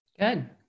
Good